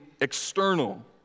external